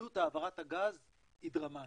עלות העברת הגז היא דרמטית.